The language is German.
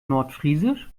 nordfriesisch